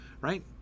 right